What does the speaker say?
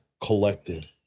collected